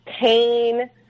pain